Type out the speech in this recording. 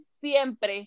siempre